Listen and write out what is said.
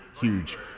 huge